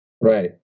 Right